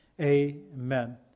Amen